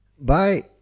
bye